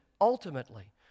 ultimately